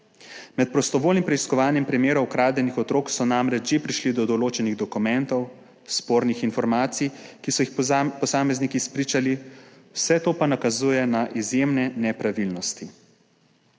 Med prostovoljnim preiskovanjem primerov ukradenih otrok so namreč že prišli do določenih dokumentov, spornih informacij, ki so jih posamezniki izpričali, vse to pa nakazuje na izjemne nepravilnosti.